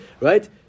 right